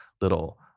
little